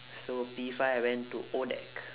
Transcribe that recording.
so P five I went to ODAC